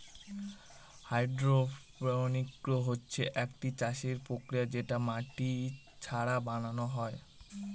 hydroponics হচ্ছে একটি চাষের প্রক্রিয়া যেটা মাটি ছাড়া বানানো হয়